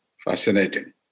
Fascinating